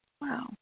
Wow